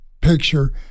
picture